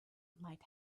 might